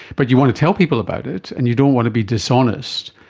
but you want to tell people about it and you don't want to be dishonest.